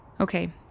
Okay